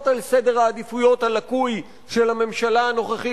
על סדר העדיפויות הלקוי של הממשלה הנוכחית,